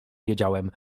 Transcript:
wiedziałam